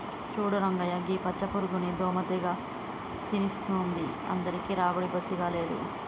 చూడు రంగయ్య గీ పచ్చ పురుగుని దోమ తెగ తినేస్తుంది అందరికీ రాబడి బొత్తిగా లేదు